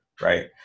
right